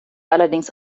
allerdings